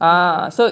okay